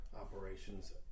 operations